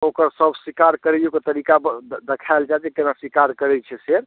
ओकर सभ शिकार करैयो कऽ तरीका बऽ देखायल जायत जे केना शिकार करैत छै शेर